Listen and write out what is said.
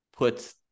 Puts